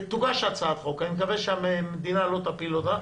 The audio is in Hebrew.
תוגש הצעת חוק, אני מקווה שהמדינה לא תפיל אותה